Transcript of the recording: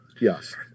Yes